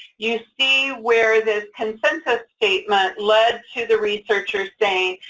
you see where this consensus statement led to the researcher saying,